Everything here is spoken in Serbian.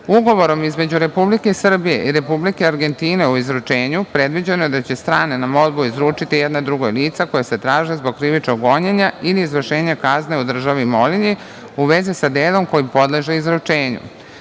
sloboda. Ugovorom između Republike Srbije i Republike Argentine o izručenju predviđeno je da će strane na molbu izručiti jedna drugoj lica koja se traže zbog krivičnog gonjenja ili izvršenja kazne u državi molilji u vezi sa delom kojim podleže